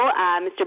Mr